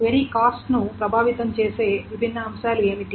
query cost ను ప్రభావితం చేసే విభిన్న అంశాలు ఏమిటి